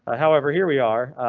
ah however, here we are.